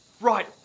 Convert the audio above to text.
Right